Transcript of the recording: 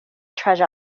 treasure